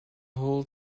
whole